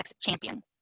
champion